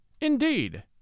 Indeed